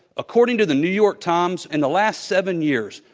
according to the new york times, in the last seven years,